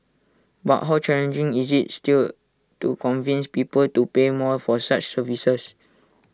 but how challenging is IT still to convince people to pay more for such services